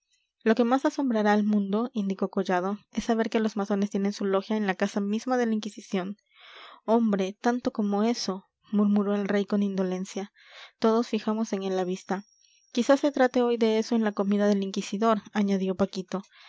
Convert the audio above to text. lo que más asombrará al mundo indicó collado es saber que los masones tienen su logia en la casa misma de la inquisición hombre tanto como eso murmuró el rey con indolencia todos fijamos en él la vista quizás se trate hoy de eso en la comida del inquisidor añadió paquito